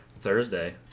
Thursday